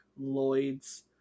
Lloyd's